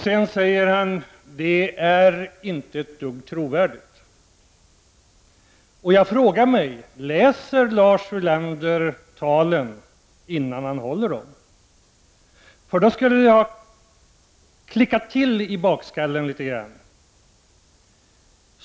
Sedan säger han att det är inte ett dugg trovärdigt. Jag frågar mig: Läser Lars Ulander talen, innan han håller dem? Om han gjort det, borde det ha klickat till i bakskallen litet grand.